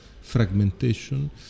fragmentation